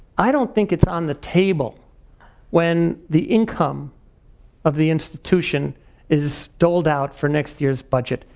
i don't think it's on the table when the income of the institution is doled out for next year's budget.